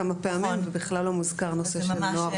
כמה פעמים בכלל לא מוזכר נושא של נוער.